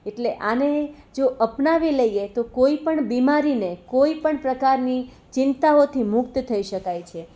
એટલે આને જો અપનાવી લઈએ તો કોઈ પણ બીમારીને કોઈ પણ પ્રકારની ચિંતાઓથી મુક્ત થઈ શકાય છે